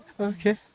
Okay